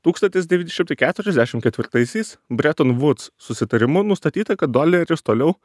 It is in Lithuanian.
tūkstantis devyni šimtai keturiasdešim ketvirtaisiais bretton woods susitarimu nustatyta kad doleris toliau